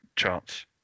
charts